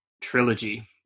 Trilogy